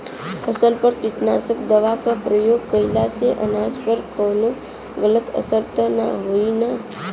फसल पर कीटनाशक दवा क प्रयोग कइला से अनाज पर कवनो गलत असर त ना होई न?